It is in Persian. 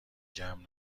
جمع